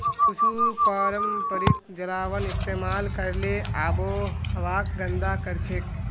कुछू पारंपरिक जलावन इस्तेमाल करले आबोहवाक गंदा करछेक